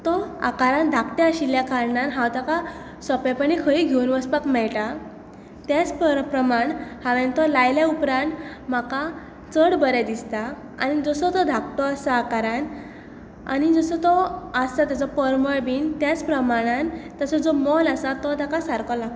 तो आकारान धाकटो आशिल्या कारणान हांव ताका सोपेपणी खंय घेवन वचपाक मेळटा तेच प्रमाण हांवें तो लायल्या उपरांत म्हाका चड बरें दिसता आनी जसो तो धाकटो आसा आकारान आनी जसो तो आसा ताचो परमळ बी त्याच प्रमाणान ताचो जो मोल आसा तो ताका सारको लागता